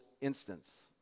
instance